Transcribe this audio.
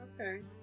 Okay